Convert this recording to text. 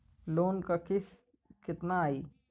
Loan क किस्त कितना आई?